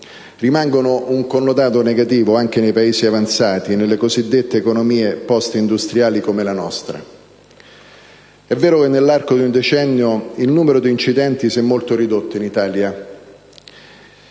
continuano a connotare anche i Paesi avanzati, le cosiddette economie post-industriali, come la nostra. È vero che nell'arco di un decennio il numero di incidenti si è ridotto notevolmente in Italia: